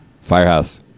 Firehouse